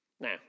Now